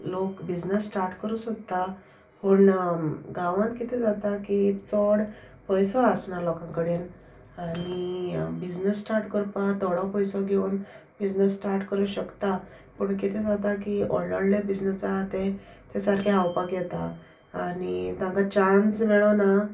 लोक business start करूं सोदता पूण गांवांत कितें जाता की चोड पयसो आसना लोकां कडेन आनी बिजनस स्टार्ट करपाक थोडो पयसो घेवन बिजनस स्टार्ट करूं शकता पूण कितें जाता की व्होडले व्होडले बिजनस आहा ते सारकें हावपाक येता आनी तांकां चान्स मेळोना